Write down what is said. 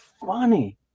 funny